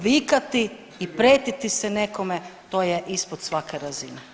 Vikati i prijetiti se nekome, to je ispod svake razine.